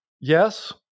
yes